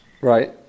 Right